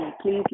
please